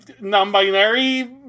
non-binary